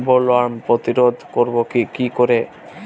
Bollworm প্রতিরোধ করব কি করে?